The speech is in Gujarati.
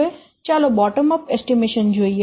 હવે ચાલો બોટમ અપ અંદાજ જોઈએ